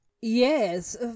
yes